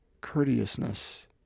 courteousness